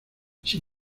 sin